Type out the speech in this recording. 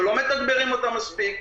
שלא מתגברים אותן מספיק,